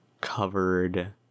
covered